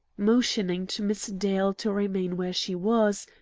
motioning to miss dale to remain where she was,